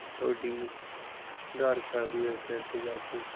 ਤੁਹਾਡੀ ਆਧਾਰ ਕਾਰਡ ਦੀ ਵੈਬਸਾਈਟ 'ਤੇ ਜਾ ਕੇ